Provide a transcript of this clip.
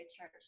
church